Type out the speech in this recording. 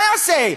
מה יעשה?